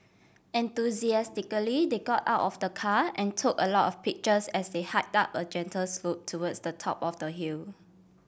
enthusiastically they got out of the car and took a lot of pictures as they hiked up a gentle slope towards the top of the hill